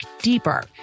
deeper